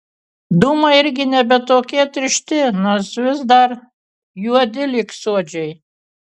dūmai irgi nebe tokie tiršti nors vis dar juodi lyg suodžiai